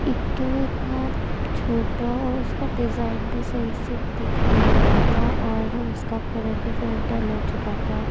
ایک تو وہ اتنا چھوٹا اور اس کا ڈیزائن بھی صحیح سے دکھ نہیں رہا تھا اور اس کا کلر بھی پھر ڈل ہو چکا تھا